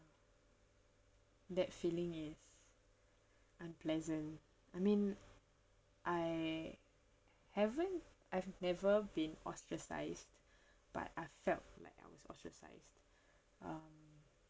that feeling is unpleasant I mean I haven't I've never been ostracised but I felt like I was ostracised um